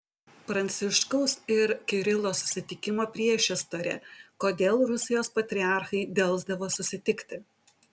pranciškaus ir kirilo susitikimo priešistorė kodėl rusijos patriarchai delsdavo susitikti